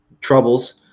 troubles